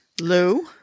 Lou